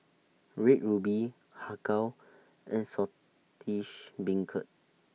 Red Ruby Har Kow and Saltish Beancurd